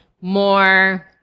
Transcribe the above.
more